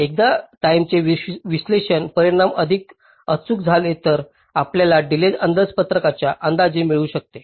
एकदा एकदा टाईमेचे विश्लेषण परिणाम अधिक अचूक झाले तरच आपल्याला डीलेय अंदाजपत्रकाचा अंदाज देखील मिळू शकेल